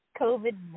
COVID